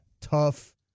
tough